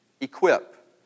Equip